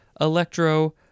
electro